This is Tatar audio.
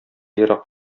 ерак